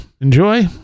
enjoy